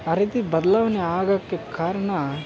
ಆ ರೀತಿ ಬದ್ಲಾವಣೆ ಆಗಕ್ಕೆ ಕಾರ್ಣ